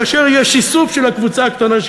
כאשר יש איסוף של הקבוצה הקטנה,